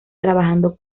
trabajando